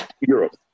Europe